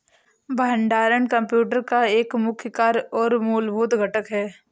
भंडारण कंप्यूटर का एक मुख्य कार्य और मूलभूत घटक है